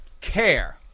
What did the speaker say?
care